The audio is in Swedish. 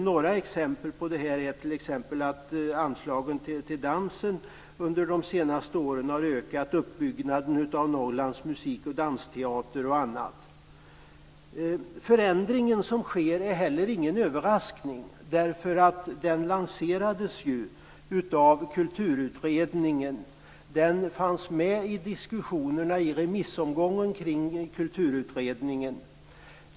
Några exempel på detta är att anslagen till dansen under de senaste åren har ökat. Det gäller t.ex. Den förändring som sker är inte heller någon överraskning. Den lanserades nämligen av Kulturutredningen. Den fanns med i diskussionerna i remissomgången kring kulturutredningen.